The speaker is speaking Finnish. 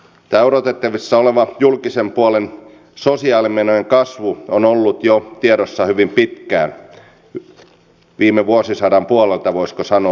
tämä odotettavissa oleva julkisen puolen sosiaalimenojen kasvu on ollut tiedossa jo hyvin pitkään viime vuosisadan puolelta voisiko sanoa